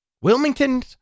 Wilmington